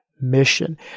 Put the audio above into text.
mission